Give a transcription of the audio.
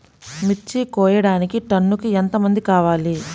మిర్చి కోయడానికి టన్నుకి ఎంత మంది కావాలి?